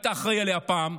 היית אחראי עליה פעם,